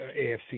AFC